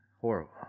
horrible